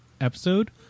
episode